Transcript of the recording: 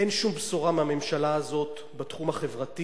אין שום בשורה מהממשלה הזאת בתחום החברתי.